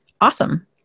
awesome